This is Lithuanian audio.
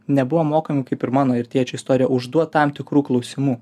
nebuvom mokomi kaip ir mano ir tėčio istorija užduot tam tikrų klausimų